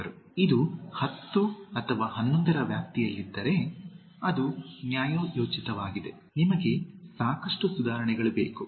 slide ಸಮಯ 1450 ನೋಡಿ ಇದು 10 ಅಥವಾ 11 ರ ವ್ಯಾಪ್ತಿಯಲ್ಲಿದ್ದರೆ ಅದು ನ್ಯಾಯೋಚಿತವಾಗಿದೆ ನಿಮಗೆ ಸಾಕಷ್ಟು ಸುಧಾರಣೆ ಬೇಕು